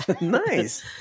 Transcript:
Nice